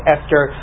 Esther